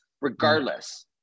regardless